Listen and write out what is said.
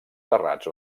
serrats